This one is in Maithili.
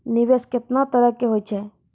निवेश केतना तरह के होय छै?